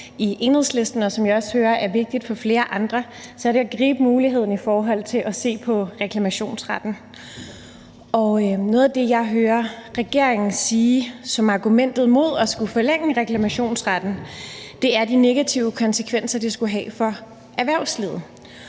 i Enhedslisten, og som jeg også hører er vigtig for flere andre, så er det at gribe muligheden i forhold til at se på reklamationsretten. Og noget af det, som jeg hører regeringen sige som et argument mod at forlænge reklamationsretten, er de negative konsekvenser, som det skulle have for erhvervslivet,